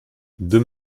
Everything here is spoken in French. deux